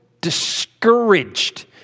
discouraged